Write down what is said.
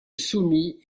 soumit